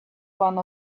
one